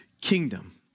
kingdom